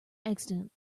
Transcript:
excellent